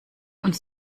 uns